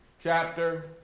chapter